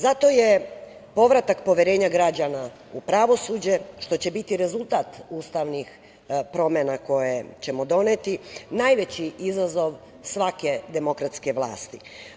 Zato je povratak poverenja građana u pravosuđe, što će biti rezultat ustavnih promena koje ćemo doneti, najveći izazov svake demokratske vlasti.